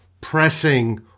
pressing